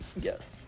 yes